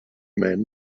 man